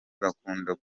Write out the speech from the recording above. bakunda